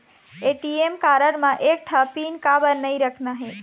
ATM card म एक ठन पिन काबर नई रखना हे?